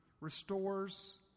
restores